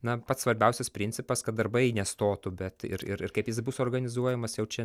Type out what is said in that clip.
na pats svarbiausias principas kad darbai nestotų bet ir ir ir kaip jis bus organizuojamas jau čia